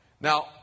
Now